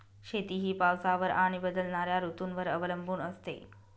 शेती ही पावसावर आणि बदलणाऱ्या ऋतूंवर अवलंबून असते